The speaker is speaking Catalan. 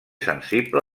sensible